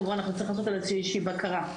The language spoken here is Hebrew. כי אנחנו נצטרך לעשות איזושהי בקרה.